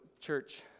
Church